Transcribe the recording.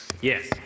yes